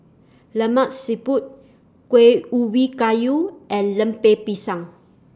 Lemak Siput Kueh Ubi Kayu and Lemper Pisang